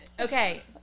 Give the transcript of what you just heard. Okay